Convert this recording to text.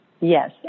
Yes